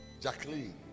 Jacqueline